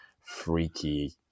freaky